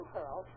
Pearl